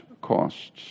costs